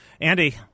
Andy